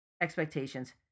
expectations